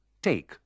Take